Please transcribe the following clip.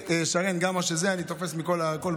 אני תופס מהכול,